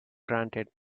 granted